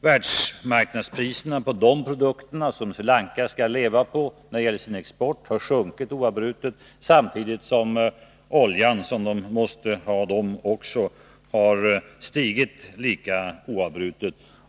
Världsmarknadspriserna på de produkterna, som Sri Lanka skall leva på när det gäller exporten, har sjunkit oavbrutet, samtidigt som oljan, som också lankeserna måste ha, stigit lika oavbrutet.